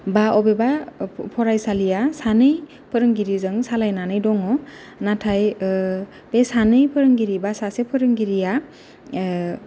बा अबेबा फरायसालि सानै फोरोंगिरिजों सालायनानै दङ नाथाय बे सानै फोरोंगिरि बा सासे फोरोंगिरिया